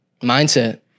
mindset